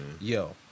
yo